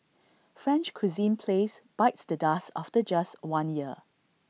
French cuisine place bites the dust after just one year